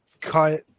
cut